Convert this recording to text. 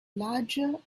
larger